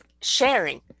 sharing